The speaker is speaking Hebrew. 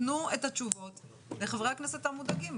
תנו את התשובות לחברי הכנסת המודאגים,